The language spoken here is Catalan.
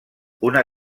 una